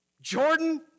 Jordan